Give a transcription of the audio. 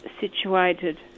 situated